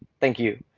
thank you.